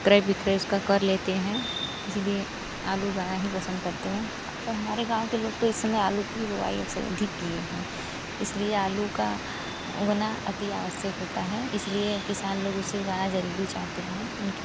क्रय विक्रय उसका कर लेते हैं इसलिए आलू उगाना ही पसंद करते हैं अक्सर हमारे गाँव के लोग तो इस समय आलू की ही बुआई अक्सर अधिक किए हैं इसलिए आलू का उगना अतिआवश्यक होता है इसलिए किसान लोग उसे उगाना ज़रूरी चाहते हैं उनकी